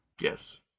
Yes